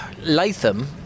Latham